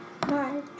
Bye